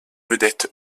vedette